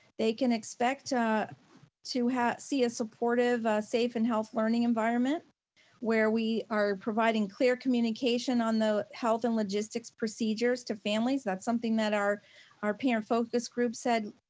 they can expect ah to to see a supportive safe and health learning environment where we are providing clear communication on the health and logistics procedures to families. that's something that our our parent focus group said.